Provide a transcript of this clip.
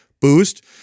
boost